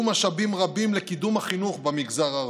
משאבים רבים לקידום החינוך במגזר הערבי.